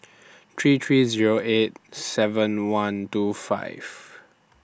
three three Zero eight seven one two five